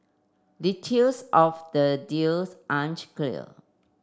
details of the deals aren't clear